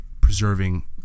preserving